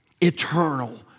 Eternal